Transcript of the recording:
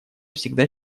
всегда